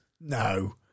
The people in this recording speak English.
No